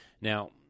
Now